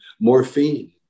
morphine